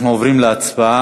אנחנו עוברים להצבעה.